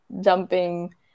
jumping